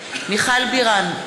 מיכל בירן,